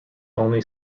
only